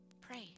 pray